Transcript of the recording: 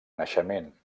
naixement